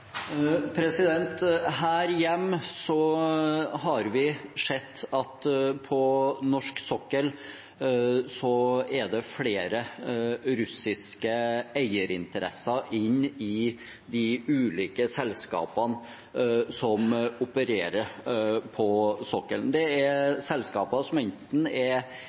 har vi sett at på norsk sokkel er det flere russiske eierinteresser i de ulike selskapene som opererer der. Det er selskaper som enten er